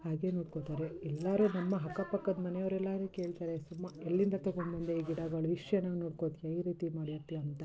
ಹಾಗೆ ನೋಡ್ಕೊಳ್ತಾರೆ ಎಲ್ಲರು ನಮ್ಮ ಅಕ್ಕ ಪಕ್ಕದ ಮನೆಯವರೆಲ್ಲರೂ ಕೇಳ್ತಾರೆ ನಿಮ್ಮ ಎಲ್ಲಿಂದ ತಗೊಂಡು ಬಂದೆಯಾ ಈ ಗಿಡಗಳು ಎಷ್ಟು ಚೆನ್ನಾಗಿ ನೋಡ್ಕೊಳ್ತ್ಯಾ ಈ ರೀತಿ ಮಾಡಿರ್ತೀಯಾ ಅಂತ